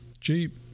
cheap